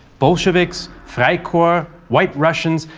bolsheviks, freikorps, white russians,